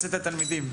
מועצת התלמידים.